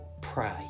pray